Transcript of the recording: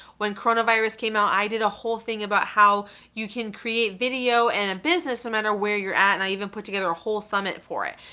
when coronavirus came out, i did a whole thing about how you can create video and a business no matter where you're at, and i even put together a whole summit for it.